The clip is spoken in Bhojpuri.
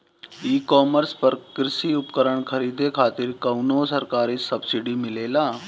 ई कॉमर्स पर कृषी उपकरण खरीदे खातिर कउनो सरकारी सब्सीडी मिलेला?